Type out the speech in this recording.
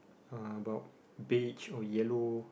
uh about beige or yellow